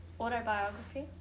Autobiography